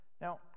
Now